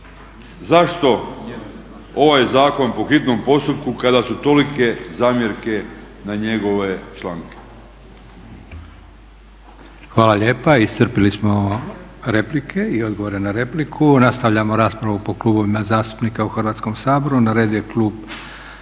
Zašto ovaj zakon po hitno postupku kada su tolike zamjerke na njegove članke?